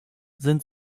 sind